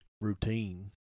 routine